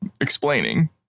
explaining